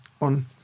on